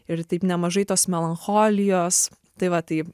ir taip nemažai tos melancholijos tai va tai